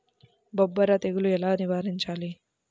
బొబ్బర తెగులు ఎలా నివారించాలి?